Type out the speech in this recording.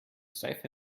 seife